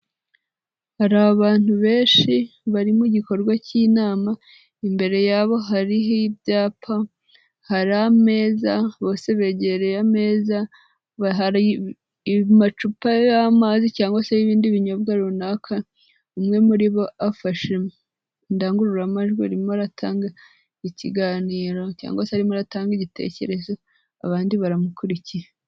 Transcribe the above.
Hari abantu benshi bari mu gikorwa cy'inama, imbere yabo hariho ibyapa, hari ameza, bose begereye ameza, hari amacupa y'amazi cyangwa se ibindi binyobwa runaka, umwe muri bo afashe indangururamajwi arimo atanga ikiganiro cyangwa se arimo aratanga igitekerezo, abandi baramukurikiye.